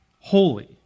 holy